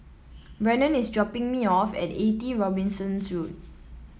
Brannon is dropping me off at Eighty Robinson Road